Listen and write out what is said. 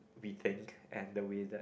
we thank and the way that